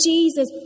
Jesus